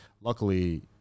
luckily